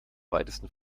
weitesten